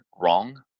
wrong